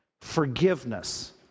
forgiveness